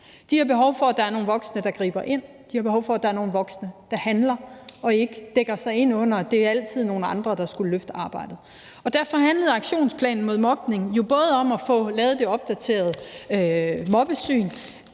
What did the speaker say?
De har behov for, at der er nogle voksne, der griber ind. De har behov for, at der er nogle voksne, der handler og ikke dækker sig ind under, at det altid er nogle andre, der skulle løfte arbejdet. Derfor handlede aktionsplanen mod mobning jo om at få lavet det opdaterede mobbesyn,